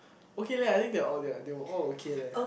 okay leh I think they are all they are they were all okay leh